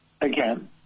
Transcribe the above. again